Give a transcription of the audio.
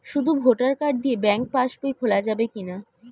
শুধু voter card দিয়ে bank pass বই খোলা যাবে কিনা?